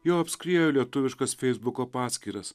jau apskriejo lietuviškas feisbuko paskyras